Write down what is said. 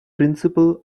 principle